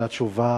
על התשובה